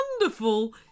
wonderful